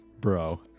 Bro